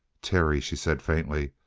terry, she said faintly,